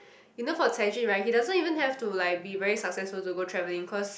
you know for Cai-Jun right he doesn't even have to like be very successful to go traveling cause